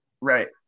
Right